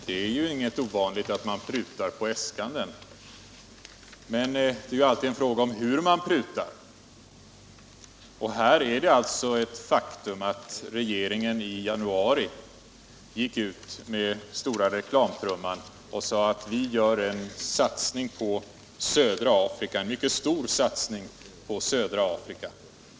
Herr talman! Det är ju inget ovanligt att man prutar på äskanden — frågan är hur man prutar. Här är det ett faktum att regeringen i januari gick ut med stora reklamtrumman och sade: Vi gör en mycket stor sats Internationellt utvecklingssamar ning på södra Afrika.